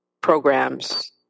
programs